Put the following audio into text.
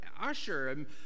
usher